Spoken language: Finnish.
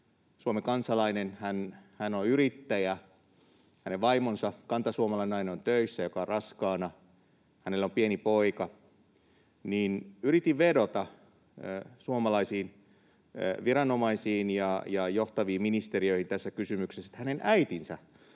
Suomen kansalainen, hän on yrittäjä, ja hänen vaimonsa, kantasuomalainen nainen, on töissä ja raskaana, hänellä on pieni poika — yritin vedota suomalaisiin viranomaisiin ja johtaviin ministeriöihin tässä kysymyksessä, että hänen äitinsä